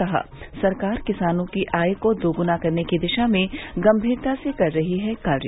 कहा सरकार किसानों की आय को दोगुना करने के दिशा में गम्भीरता से कर रही है कार्य